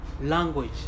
language